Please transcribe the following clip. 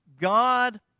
God